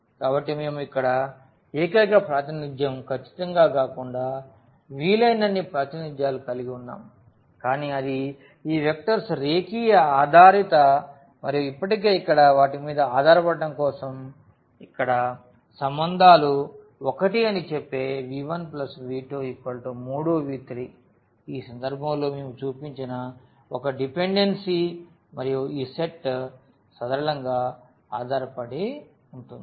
కాబట్టి మేము ఇక్కడ ఏకైక ప్రాతినిధ్యం ఖచ్చితంగా కాకుండా వీలైనన్ని ప్రాతినిధ్యాలు కలగివున్నాం కానీ అది ఈ వెక్టర్స్ రేఖీయ ఆధారిత మరియు ఇప్పటికే ఇక్కడ వాటి మీద ఆధారపడటం కోసం ఇక్కడ సంబంధాలు ఒకటి అని చెప్పే v1v2 3v3 ఆ సందర్భంలో మేము చూపించిన 1 డిపెండెన్సీ మరియు ఈ సెట్ సరళంగా ఆధారపడి ఉంటుంది